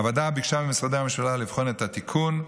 הוועדה ביקשה ממשרדי הממשלה לבחון את התיקון.